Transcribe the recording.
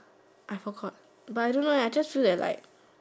I forgot but I don't know I just feel that like